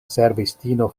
servistino